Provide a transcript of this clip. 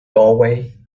doorway